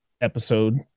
episode